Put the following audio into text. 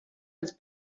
els